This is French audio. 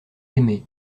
aimé